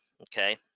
okay